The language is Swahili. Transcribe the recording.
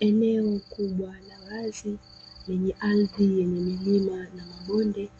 Eneo kubwa la wazi lenye ardhi yenye milima na mabonde